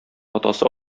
атасы